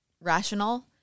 rational